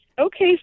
Okay